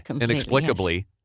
inexplicably